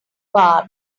bar